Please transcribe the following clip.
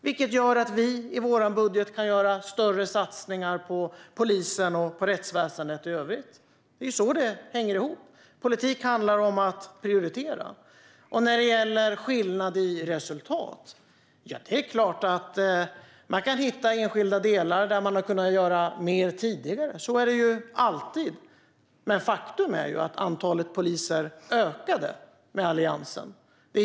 Detta gör att vi i vår budget kan göra större satsningar på polisen och på rättsväsendet i övrigt. Det är så det hänger ihop. Politik handlar om att prioritera. När det gäller skillnad i resultat är det klart att vi kan hitta enskilda delar där man hade kunnat göra mer tidigare. Så är det alltid. Men faktum är att antalet poliser ökade med Alliansen.